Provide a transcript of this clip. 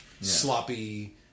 sloppy